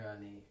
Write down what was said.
journey